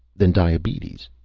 than diabetes!